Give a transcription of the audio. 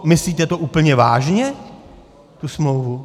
Myslíte to úplně vážně, tu smlouvu?